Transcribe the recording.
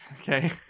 Okay